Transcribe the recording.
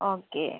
okay